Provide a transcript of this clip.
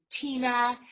Tina